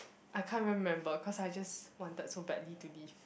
I can't remember cause I just wanted so badly to leave